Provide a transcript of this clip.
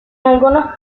algunos